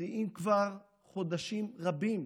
מתריעים כבר חודשים רבים,